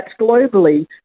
globally